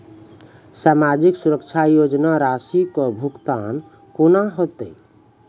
समाजिक सुरक्षा योजना राशिक भुगतान कूना हेतै?